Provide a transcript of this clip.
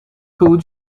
pull